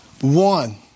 One